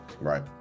Right